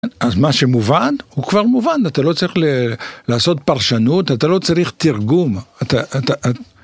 אז מה שמובן הוא כבר מובן אתה לא צריך לעשות פרשנות אתה לא צריך תרגום.